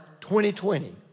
2020